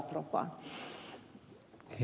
arvoisa puhemies